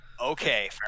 Okay